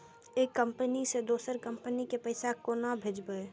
एक कंपनी से दोसर कंपनी के पैसा केना भेजये?